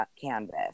canvas